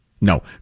No